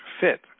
fit